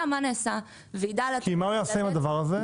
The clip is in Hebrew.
מה נעשה -- כי מה הוא יעשה עם הדבר הזה?